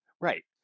Right